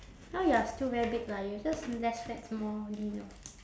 now you are still very big lah you're just less fats more lean lor